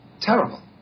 terrible